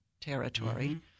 territory